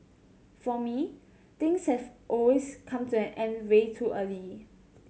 for me things have come to an end way early